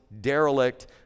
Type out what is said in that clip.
derelict